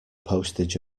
postage